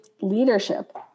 leadership